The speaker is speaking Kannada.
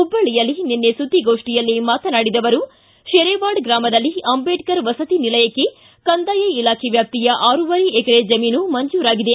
ಹುಬ್ಬಳ್ಳಿಯಲ್ಲಿ ನಿನ್ನೆ ಸುದ್ದಿಗೋಷ್ಟಿಯಲ್ಲಿ ಮಾತನಾಡಿದ ಅವರು ಶೆರೇವಾಡ ಗ್ರಾಮದಲ್ಲಿ ಅಂಬೇಡ್ಕರ್ ವಸತಿ ನಿಲಯಕ್ಕೆ ಕಂದಾಯ ಇಲಾಖೆ ವ್ಯಾಪ್ತಿಯ ಆರುವರೆ ಎಕರೆ ಜಮೀನು ಮಂಜೂರಾಗಿದೆ